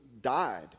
died